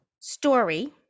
story